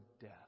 death